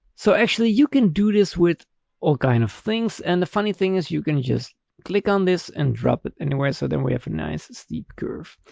so actually, you can do this with all kinds kind of things. and the funny thing is you can just click on this and drop it anywhere. so then we have nice steep curve.